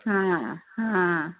हां हां